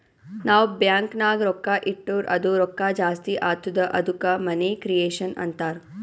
ನಾವ್ ಬ್ಯಾಂಕ್ ನಾಗ್ ರೊಕ್ಕಾ ಇಟ್ಟುರ್ ಅದು ರೊಕ್ಕಾ ಜಾಸ್ತಿ ಆತ್ತುದ ಅದ್ದುಕ ಮನಿ ಕ್ರಿಯೇಷನ್ ಅಂತಾರ್